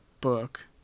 book